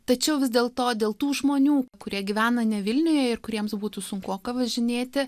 tačiau vis dėlto dėl tų žmonių kurie gyvena ne vilniuje ir kuriems būtų sunkoka važinėti